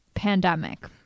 pandemic